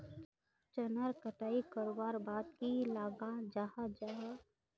चनार कटाई करवार बाद की लगा जाहा जाहा?